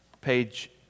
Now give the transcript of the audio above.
page